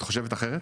חושבת אחרת?